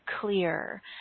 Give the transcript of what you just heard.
clear